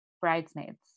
bridesmaids